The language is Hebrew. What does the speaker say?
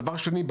דבר שני,